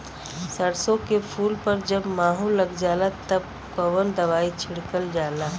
सरसो के फूल पर जब माहो लग जाला तब कवन दवाई छिड़कल जाला?